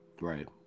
right